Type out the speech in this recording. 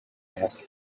ask